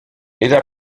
aida